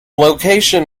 location